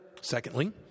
Secondly